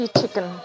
chicken